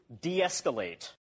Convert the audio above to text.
de-escalate